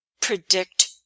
predict